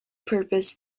purpose